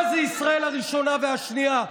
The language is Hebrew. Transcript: מה זה ישראל הראשונה והשנייה?